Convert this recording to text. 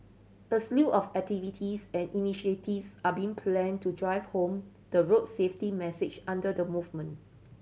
a slew of activities and initiatives are being planned to drive home the road safety message under the movement